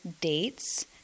dates